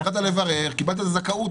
הלכת לברר, קיבלת זכאות.